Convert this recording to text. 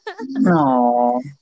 No